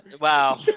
Wow